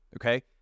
Okay